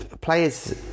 players